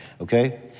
okay